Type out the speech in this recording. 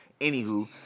Anywho